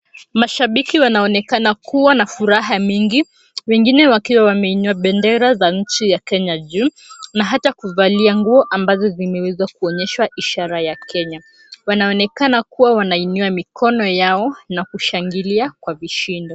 Mashabiki wanaonekana kuwa na furaha mingi wengine wakiwa wameinua bendera za nchi ya Kenya juu na hata kuvalia nguo ambazo zimewezwa kuonyeshwa ishara ya Kenya. Wanaonekana kuwa wanainua mikono yao na kushangilia kwa vishindo.